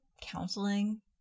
counseling